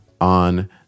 on